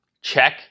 check